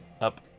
up